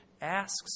asks